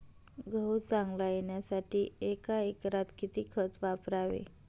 गहू चांगला येण्यासाठी एका एकरात किती खत वापरावे?